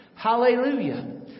Hallelujah